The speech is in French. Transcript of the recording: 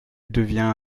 devient